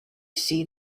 see